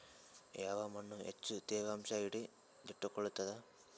ಯಾವ್ ಮಣ್ ಹೆಚ್ಚು ತೇವಾಂಶ ಹಿಡಿದಿಟ್ಟುಕೊಳ್ಳುತ್ತದ?